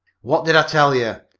what did i tell you?